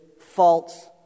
false